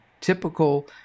typical